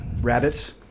Rabbits